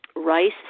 Rice